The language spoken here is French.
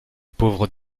pauvres